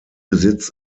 besitz